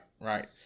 right